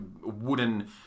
wooden